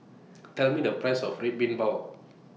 Tell Me The Price of Red Bean Bao